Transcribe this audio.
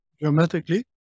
dramatically